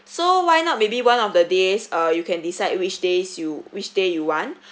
so why not maybe one of the days uh you can decide which days you which day you want